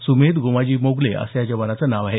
सुमेध गोमाजी मोगले असं या जवानाचं नाव आहे